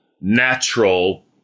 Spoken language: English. natural